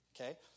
Okay